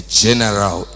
general